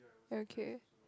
okay